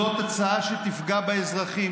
זאת הצעה שתפגע באזרחים,